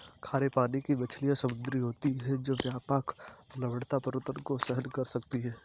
खारे पानी की मछलियाँ समुद्री होती हैं जो व्यापक लवणता परिवर्तन को सहन कर सकती हैं